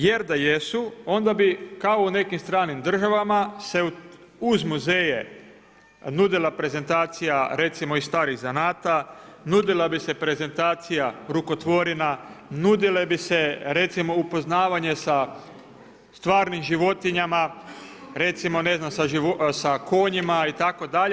Jer da jesu, onda bi kao u neki stranim državama se uz muzeje nudila prezentacija, recimo iz stranih zanata, nudila bi se prezentacija rukotvorina, nudile bi se recimo upoznavanje sa stvarnim životinjama, recimo, ne znam, sa konjima itd.